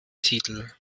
titel